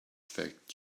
that